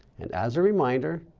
and as a reminder,